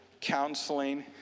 counseling